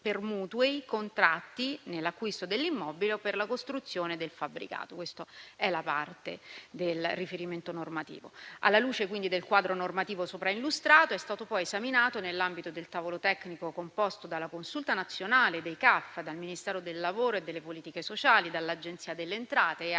per mutui contratti nell'acquisto dell'immobile o per la costruzione del fabbricato. Questa è la parte del riferimento normativo. Alla luce del quadro normativo sopra illustrato, è stato poi esaminato, nell'ambito del tavolo tecnico composto dalla Consulta nazionale dei centri assistenza fiscale (CAF), dal Ministero del lavoro e delle politiche sociali, dall'Agenzia delle entrate e